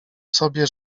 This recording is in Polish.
sobie